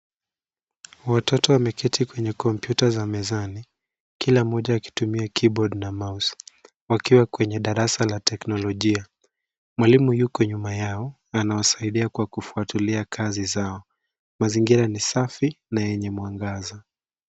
Watoto wameketi kwenye kompyuta za mezani, kila mmoja akitumia keyboard na mouse wakiwa kwenye darasa la teknolojia. Mwalimu yuko nyuma yao anawasaidia kwa kufuatilia kazi zao. Mazingira ni safi na yenye mwangaza.